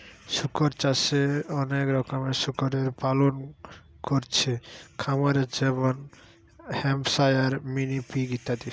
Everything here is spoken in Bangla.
শুকর চাষে অনেক রকমের শুকরের পালন কোরছে খামারে যেমন হ্যাম্পশায়ার, মিনি পিগ ইত্যাদি